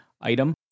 item